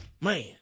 Man